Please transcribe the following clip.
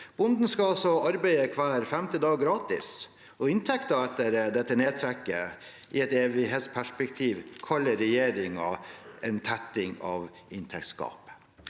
Bonden skal altså arbeide hver femte dag gratis, og inntekten etter dette nedtrekket i et evighetsperspektiv kaller regjeringen en tetting av inntektsgapet.